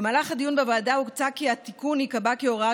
במהלך הדיון בוועדה הוצע כי התיקון ייקבע כהוראת